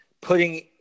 putting